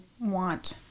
want